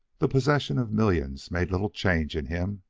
the possession of millions made little change in him,